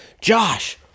Josh